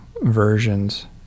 versions